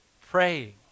praying